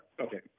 okay